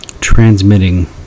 transmitting